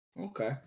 Okay